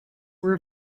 were